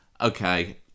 Okay